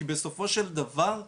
כי בסופו של דבר,